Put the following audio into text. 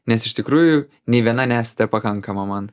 nes iš tikrųjų nė viena nesate pakankama man